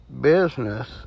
business